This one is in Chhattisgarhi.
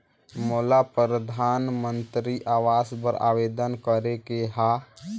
मोला परधानमंतरी आवास बर आवेदन करे के हा?